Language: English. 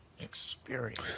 experience